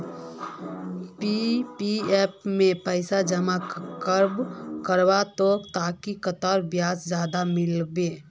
PPF में पैसा जमा कब करबो ते ताकि कतेक ब्याज ज्यादा मिलबे?